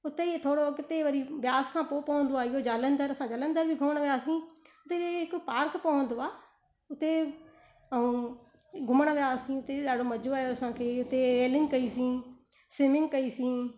हुते ईअ थोरो किथे वरी ब्यास खां पोइ पवंदो आहे इहो जलंधर असां जलंधर बि घुमण वियासीं हुते जे हिकु पार्क पवंदो आहे हुते ऐं घुमण वियासीं हुते बि ॾाढो मजो आहियो असांखे हुते रैलिंग कई सीं स्विमिंग कई सी